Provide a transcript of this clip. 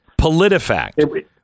PolitiFact